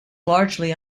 largely